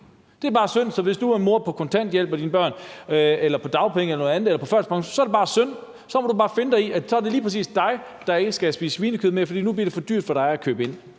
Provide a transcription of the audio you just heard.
SF's ordfører sige, er: Hvis du er en mor på kontanthjælp, dagpenge, førtidspension eller noget andet, er det bare synd; så må du bare finde dig i, at det lige præcis er dig, der ikke skal spise svinekød mere, for nu bliver det for dyrt for dig at købe ind.